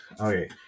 okay